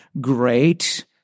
great